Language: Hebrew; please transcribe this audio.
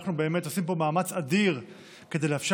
ואנחנו באמת עושים פה מאמץ אדיר כדי לאפשר